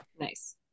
Nice